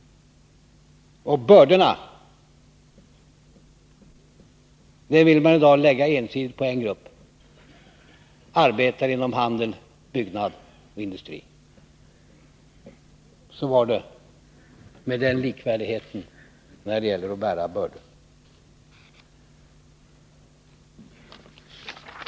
Och bördorna vill man i dag ensidigt lägga på en grupp — arbetare inom handel, byggnad och industri. Så var det med den likvärdigheten när det gäller att bära bördorna.